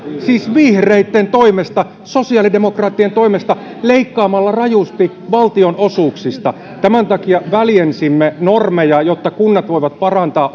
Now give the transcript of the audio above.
siis vihreitten toimesta sosiaalidemokraattien toimesta leikkaamalla rajusti valtionosuuksista tämän takia väljensimme normeja jotta kunnat voivat parantaa